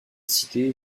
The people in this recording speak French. cité